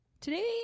Today